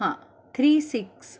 हां three six